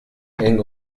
eng